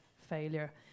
Failure